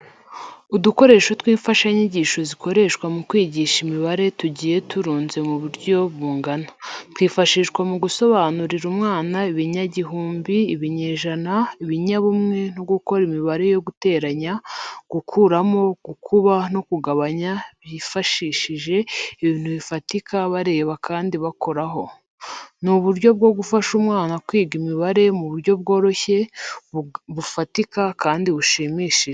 Udukoresho tw'imfashanyigisho zikoreshwa mu kwigisha imibare tugiye turunze mu butyo bungana, twifashishwa mu gusobanurira umwana ibinyagihumbi, ibinyejana, ibinyabumwe no gukora imibare yo guteranya, gukuraho, gukuba no kugabanya bifashishije ibintu bifatika bareba kandi bakoraho. Ni uburyo bwo gufasha umwana kwiga imibare mu buryo bworoshye, bufatika kandi bushimishije.